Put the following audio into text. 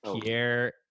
Pierre